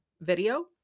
video